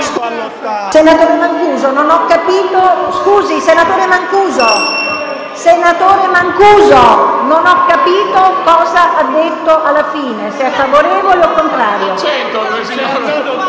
Senatore Mancuso, non ho capito cosa ha detto alla fine, se è favorevole o contrario